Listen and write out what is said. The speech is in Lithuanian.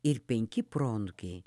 ir penki proanūkiai